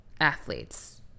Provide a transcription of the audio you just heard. athletes